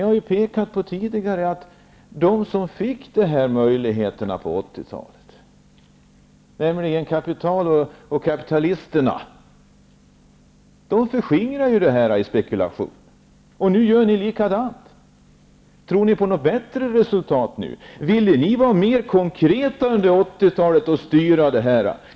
Jag har tidigare pekat på att de som fick de här möjligheterna på 80 talet, nämligen kapitalet och kapitalisterna, förskingrade resurserna i spekulation. Nu har ni gjort likadant. Tror ni på ett bättre resultat nu? Ville ni vara mera konkreta under 80-talet och styra det här?